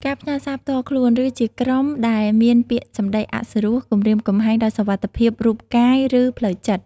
ការផ្ញើសារផ្ទាល់ខ្លួន ឬជាក្រុមដែលមានពាក្យសម្ដីអសុរោះ គំរាមកំហែងដល់សុវត្ថិភាពរូបកាយ ឬផ្លូវចិត្ត។